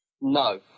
No